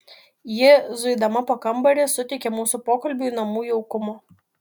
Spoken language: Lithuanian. ji zuidama po kambarį suteikė mūsų pokalbiui namų jaukumo